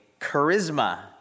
charisma